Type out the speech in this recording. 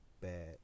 bad